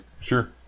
Sure